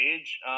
age